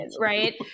Right